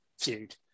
feud